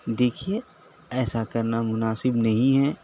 دیکھیے ایسا کرنا مناسب نہیں ہے